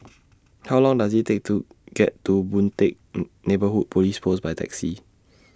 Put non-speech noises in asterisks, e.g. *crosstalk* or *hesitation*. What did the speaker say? How Long Does IT Take to get to Boon Teck *hesitation* Neighbourhood Police Post By Taxi